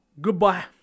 Goodbye